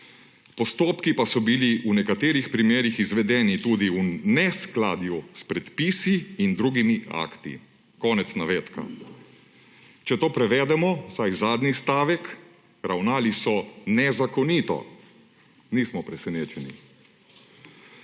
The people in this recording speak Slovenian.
Postopki pa so bili v nekaterih primerih izvedeni tudi v neskladju s predpisi in drugimi akti.« Konec navedka. Če to prevedemo, vsaj zadnji stavek, ravnali so nezakonito. Nismo presenečeni.